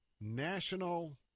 national